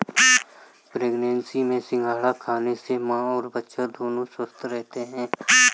pregnancy में सिंघाड़ा खाने से मां और बच्चा दोनों स्वस्थ रहते है